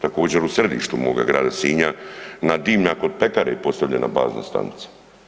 Također, u središtu moga grada Sinja na dimnjak od pekare postavljena bazna stanica.